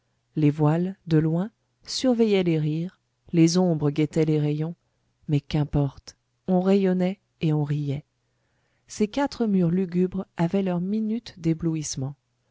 les voiles de loin surveillaient les rires les ombres guettaient les rayons mais qu'importe on rayonnait et on riait ces quatre murs lugubres avaient leur minute d'éblouissement